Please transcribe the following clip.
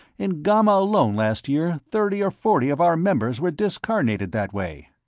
in ghamma alone, last year, thirty or forty of our members were discarnated that way.